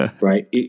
Right